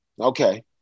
okay